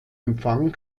empfang